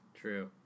true